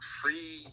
free